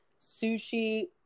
sushi